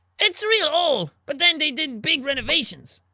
it's real old but then they did big renovations.